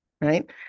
right